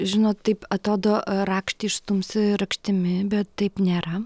žinot taip atrodo rakštį išstumsi rakštimi bet taip nėra